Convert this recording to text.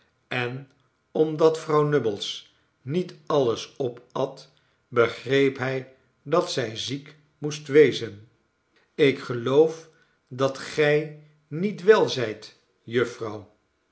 en omdat vrouw nubbles niet alles opat begreep hij dat zij ziek moest wezen ik geloof dat gij niet wel zijt jufvrouw